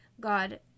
God